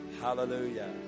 Hallelujah